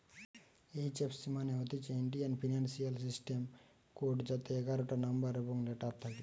এই F C মানে হতিছে ইন্ডিয়ান ফিনান্সিয়াল সিস্টেম কোড যাতে এগারটা নম্বর এবং লেটার থাকে